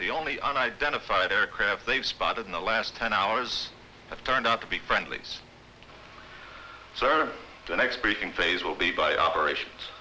the only unidentified aircraft they've spotted in the last ten hours have turned out to be friendly's so on the next briefing phase will be by operation